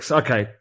okay